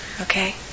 okay